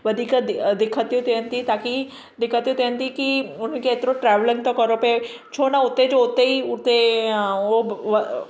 वधीक दि दिक़त थियूं थियनि थी ताकी दिक़त थियनि थी की हुन खे एतिरो ट्रॅवलिंग थो करिणो पिए छो न उते जो उते ई उते उहो बि